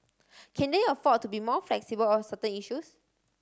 can they afford to be more flexible on certain issues